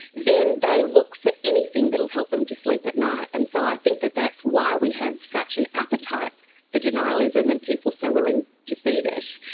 then they look for anything that will help them to sleep at night. and so i think that that's why we have such an appetite for denialism and people so willing to feed it.